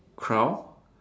crown